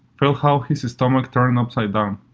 felt how his his stomach turned upside down.